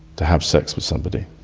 to have sex with somebody,